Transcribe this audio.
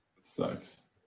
Sucks